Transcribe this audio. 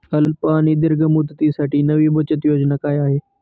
अल्प आणि दीर्घ मुदतीसाठी नवी बचत योजना काय आहे?